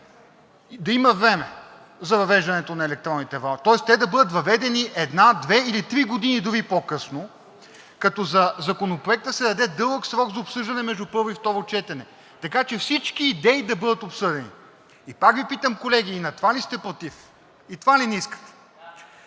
да има време за въвеждането на електронните ваучери, тоест те да бъдат въведени една, две или три години дори по-късно, като за Законопроекта се даде дълъг срок за обсъждане между първо и второ четене, така че всички идеи да бъдат обсъдени. И пак Ви питам, колеги, и за това ли сте против? И това ли не искате?